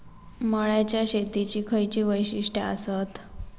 मळ्याच्या शेतीची खयची वैशिष्ठ आसत?